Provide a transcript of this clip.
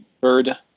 bird